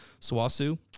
Swasu